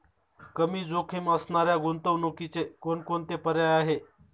कमी जोखीम असणाऱ्या गुंतवणुकीचे कोणकोणते पर्याय आहे?